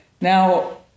now